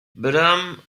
bram